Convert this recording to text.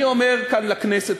אני אומר כאן לכנסת,